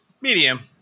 Medium